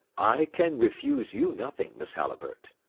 i can refuse you nothing, miss halliburtt,